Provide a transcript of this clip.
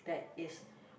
that is